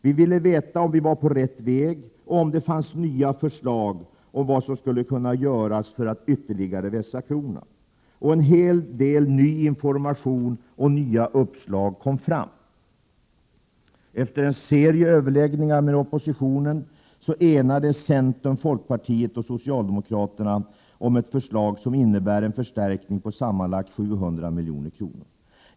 Vi ville veta om vi var på rätt väg och om det fanns nya förslag om vad som skulle kunna göras för att ytterligare vässa klorna. Och en hel del ny information och nya uppslag kom fram. Efter en serie överläggningar med oppositionen enades centern, folkpartiet och socialdemokraterna om ett förslag som innebär en förstärkning på sammanlagt 700 milj.kr.